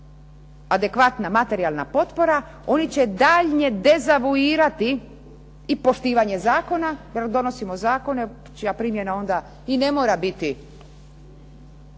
adekvatna materijalna potpora oni će daljnje dezavuirati i poštivanje zakona jer donosimo zakone čija primjena onda i ne mora biti